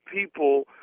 people